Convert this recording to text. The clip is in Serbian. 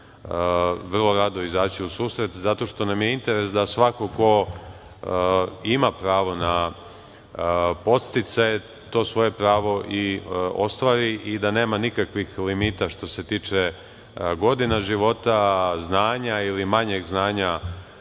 vrlo radi izaći u susret zato što nam je interes da svako ko ima pravo na podsticaje to svoje pravo i ostvari i da nema nikakvih limita što se tiče godina života, znanja ili manjeg znanja